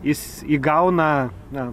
jis įgauna na